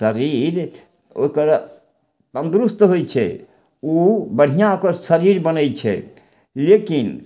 शरीर ओकर तन्दुरुस्त होइ छै ओ बढ़िआँ ओकर शरीर बनय छै लेकिन